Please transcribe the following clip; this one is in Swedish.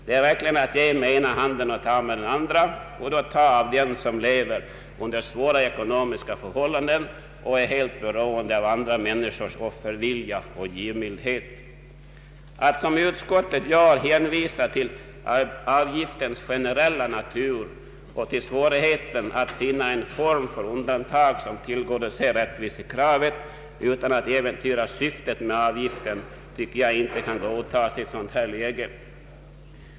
Detta är verkligen att ge med ena handen och ta med den andra och då ta av dem som lever under svåra ekonomiska förhållanden och som är helt beroende av andra människors offervilja och givmildhet, Att som utskottet gör hänvisa till avgiftens generella natur och till svårigheten att finna en form för undantag som tillgodoser rättvisekravet utan att äventyra syftet med avgiften kan, tycker jag, inte godtas i ett läge som detta.